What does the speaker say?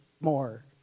more